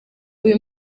uyu